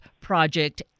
Project